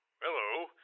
Hello